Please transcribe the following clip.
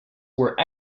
were